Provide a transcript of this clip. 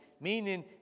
Meaning